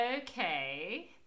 Okay